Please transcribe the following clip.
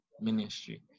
ministry